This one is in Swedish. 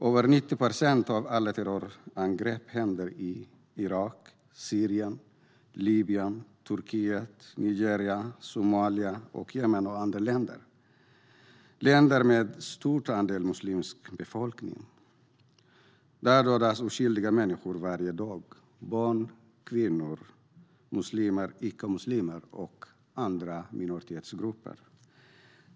Över 90 procent av alla terrorangrepp händer i Irak, Syrien, Libyen, Turkiet, Nigeria, Somalia, Jemen och andra länder. Det är länder med en stor andel muslimsk befolkning. Där dödas oskyldiga människor varje dag - barn, kvinnor, muslimer, icke-muslimer och andra minoritetsgrupper.